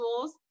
tools